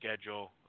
schedule